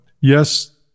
yes